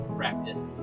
practice